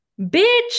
bitch